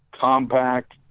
compact